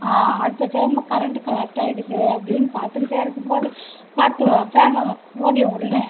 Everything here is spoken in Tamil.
அடுத்த டைமில் கரண்ட்டு கட் ஆகிடுதே அப்படின்னு பார்த்துக்கிட்டே இருக்கும்போது காற்று ஃபேனு ஓடும் உடனே